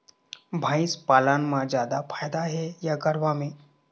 भंइस पालन म जादा फायदा हे या गरवा में?